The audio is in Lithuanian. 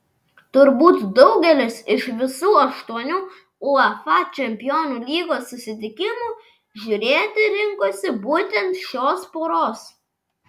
turbūt daugelis iš visų aštuonių uefa čempionų lygos susitikimų žiūrėti rinkosi būtent šios poros